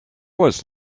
was